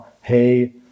hey